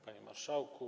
Panie Marszałku!